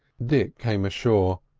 dick came ashore,